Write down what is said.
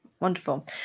Wonderful